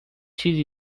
چیزی